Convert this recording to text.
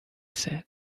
said